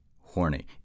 horny